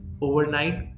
overnight